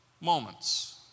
moments